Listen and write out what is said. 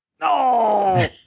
No